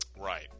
Right